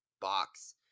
box